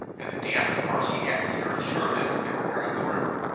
and the damp, marshy atmosphere assured them that they were nearing the river,